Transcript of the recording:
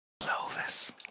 Clovis